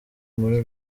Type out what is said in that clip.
muri